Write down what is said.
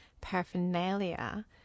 paraphernalia